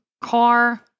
car